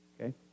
Okay